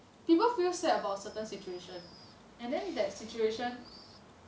people feel sad about certain situation and then that situation